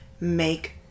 make